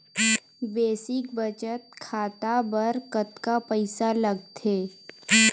Basic बचत खाता बर कतका पईसा लगथे?